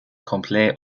complet